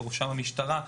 בראשם המשטרה,